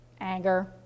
anger